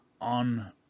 on